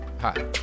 Hi